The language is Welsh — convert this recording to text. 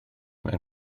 mewn